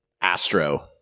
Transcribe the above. Astro